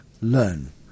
learn